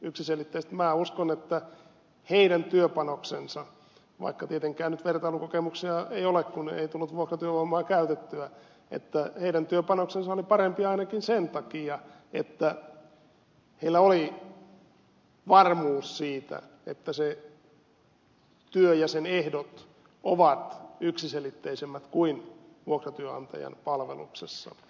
minä uskon että heidän työpanoksensa vaikka tietenkään nyt vertailukokemuksia ei ole kun ei tullut vuokratyövoimaa käytettyä oli parempi ainakin sen takia että heillä oli varmuus siitä että se työ ja sen ehdot ovat yksiselitteisemmät kuin vuokratyönantajan palveluksessa